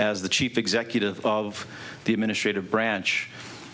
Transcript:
as the chief executive of the administrative branch